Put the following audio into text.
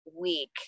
week